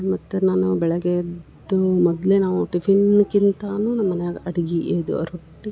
ಮತ್ತು ನಾನು ಬೆಳಗ್ಗೆ ಎದ್ದು ಮೊದಲೇ ನಾವು ಟಿಫಿನ್ಕ್ಕಿಂತಾನೂ ನಮ್ಮ ಮನ್ಯಾಗೆ ಅಡಿಗೆ ಇದು ರೊಟ್ಟಿ